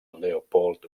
leopold